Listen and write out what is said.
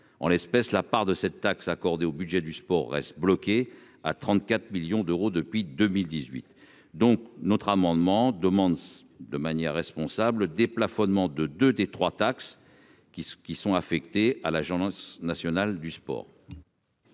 en l'espèce, la part de cette taxe accordée au budget du sport reste bloqué à 34 millions d'euros depuis 2018, donc notre amendement demande de manière responsable déplafonnement de 2 des 3 taxe qui ceux qui sont affectés à l'Agence nationale du sport.